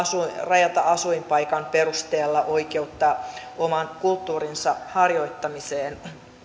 rajata asuinpaikan perusteella oikeutta oman kulttuurinsa harjoittamiseen